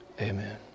Amen